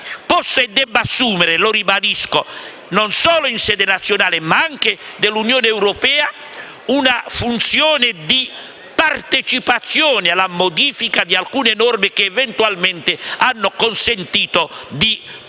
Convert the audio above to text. possa e debba assumere - lo ribadisco - non solo in sede nazionale, ma anche dell'Unione europea, una funzione di partecipazione alla modifica di alcune norme che eventualmente abbiano consentito di portare